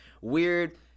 weird